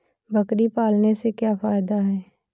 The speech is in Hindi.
बकरी पालने से क्या फायदा है?